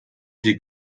die